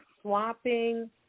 Swapping